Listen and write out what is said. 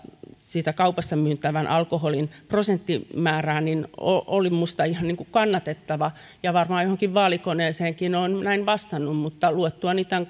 kaupassa myytävän alkoholin prosenttimäärää oli minusta ihan kannatettava ja varmaan johonkin vaalikoneeseenkin olen näin vastannut mutta luettuani tämän